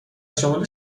شمال